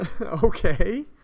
okay